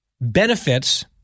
benefits